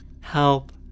help